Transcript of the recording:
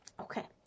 okay